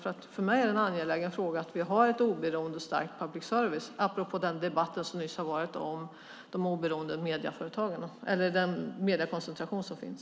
För mig är det angeläget att vi har en oberoende och stark public service, apropå den debatt som nyss har varit om den mediekoncentration som finns.